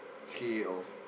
hay of